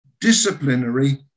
disciplinary